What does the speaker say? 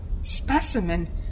specimen